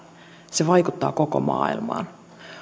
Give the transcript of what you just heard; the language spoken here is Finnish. se vaikuttaa koko maailmaan